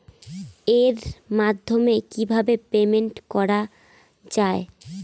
এর মাধ্যমে কিভাবে পেমেন্ট করা য়ায়?